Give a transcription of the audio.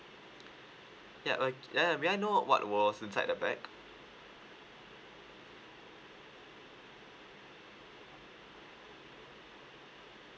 ya uh ya may I know what was inside the bag